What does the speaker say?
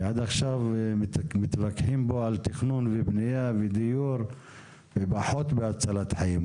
כי עד עכשיו מתווכחים פה על תכנון ובנייה ודיור ופחות בהצלת חיים.